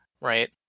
right